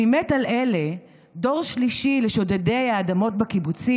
// אני מת על אלה / דור שלישי לשודדי האדמות בקיבוצים